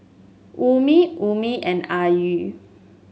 Ummi Ummi and Ayu